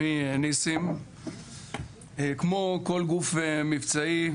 כמו כל גוף מבצעי,